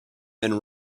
been